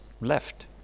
left